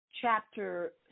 chapter